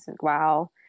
wow